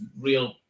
real